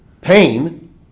pain